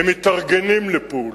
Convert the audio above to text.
הם מתארגנים לפעולה.